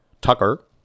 Tucker